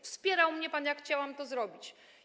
Wspierał mnie pan, kiedy chciałam to zrobić.